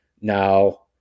Now